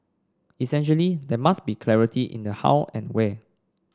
essentially there must be clarity in the how and where